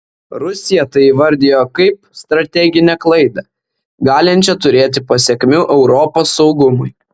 rusija tai įvardijo kaip strateginę klaidą galinčią turėti pasekmių europos saugumui